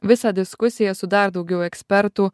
visą diskusiją su dar daugiau ekspertų